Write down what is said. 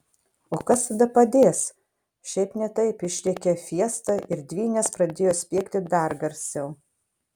o kas tada padės šiaip ne taip išrėkė fiesta ir dvynės pradėjo spiegti dar garsiau